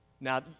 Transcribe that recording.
Now